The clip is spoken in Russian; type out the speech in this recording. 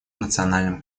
национальном